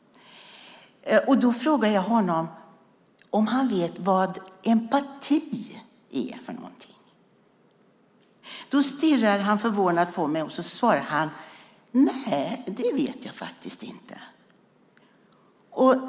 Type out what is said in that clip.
Då frågar jag honom om han vet vad empati är. Han stirrar förvånat på mig och svarar: Nej, det vet jag faktiskt inte.